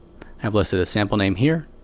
have listed a sample name here.